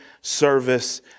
service